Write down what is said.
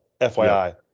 FYI